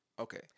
Okay